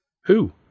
Who